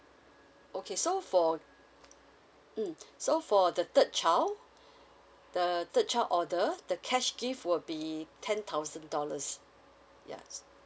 okay so for um so for the third child the third child order the cash gift will be ten thousand dollars yeah